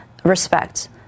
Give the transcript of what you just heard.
respect